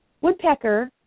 Woodpecker